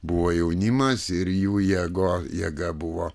buvo jaunimas ir jų jėga jėga buvo